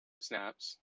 snaps